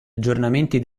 aggiornamenti